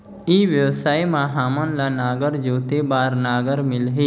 ई व्यवसाय मां हामन ला नागर जोते बार नागर मिलही?